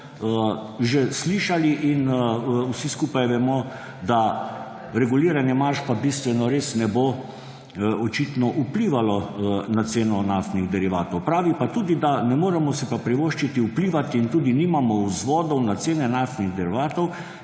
že slišali in vsi skupaj vemo, da reguliranje marž bistveno res ne bo očitno vplivalo na ceno naftnih derivatov. Pravi pa tudi, da si ne moremo privoščiti vplivati – in tudi nimamo vzvodov – na cene naftnih derivatov,